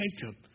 Jacob